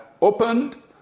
opened